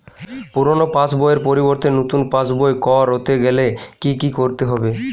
পুরানো পাশবইয়ের পরিবর্তে নতুন পাশবই ক রতে গেলে কি কি করতে হবে?